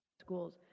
Schools